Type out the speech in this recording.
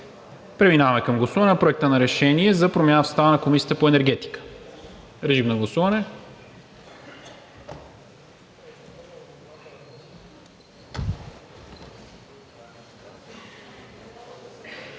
Преминаваме към гласуване на Проект на решение за промяна в състава на Комисията по енергетика. Гласували